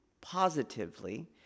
positively